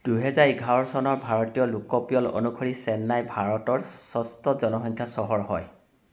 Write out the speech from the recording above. দুহেজাৰ এঘাৰ চনৰ ভাৰতীয় লোকপিয়ল অনুসৰি চেন্নাই ভাৰতৰ ষষ্ঠ জনসংখ্যাৰ চহৰ হয়